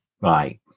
Right